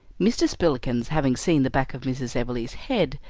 mr. spillikins, having seen the back of mrs. everleigh's head,